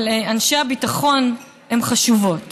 הדעות של אנשי הביטחון חשובות